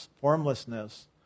formlessness